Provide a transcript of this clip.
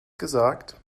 gesagt